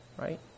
Right